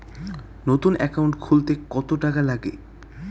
নতুন একাউন্ট খুলতে কত টাকা লাগে?